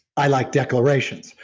i like declarations.